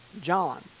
John